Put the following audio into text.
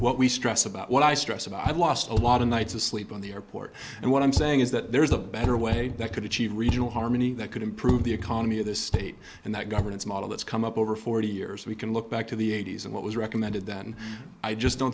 what we stress about what i stress about i've lost a lot of nights of sleep on the airport and what i'm saying is that there's a better way that could achieve regional harmony that could improve the economy of this state and that governance model that's come up over forty years we can look back to the eighty's and what was recommended then i just don't